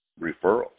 referrals